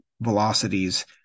velocities